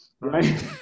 right